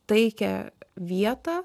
taikią vietą